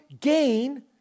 gain